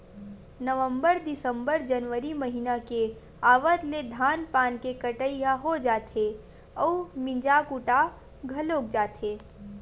नवंबर, दिंसबर, जनवरी महिना के आवत ले धान पान के कटई ह हो जाथे अउ मिंजा कुटा घलोक जाथे